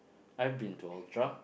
I've been to Ultra